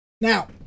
Now